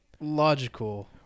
logical